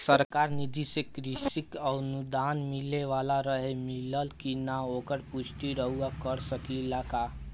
सरकार निधि से कृषक अनुदान मिले वाला रहे और मिलल कि ना ओकर पुष्टि रउवा कर सकी ला का?